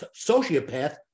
sociopath